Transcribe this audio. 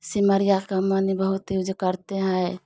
सिमरिया का मने बहुत यूज करते हैं